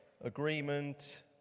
agreement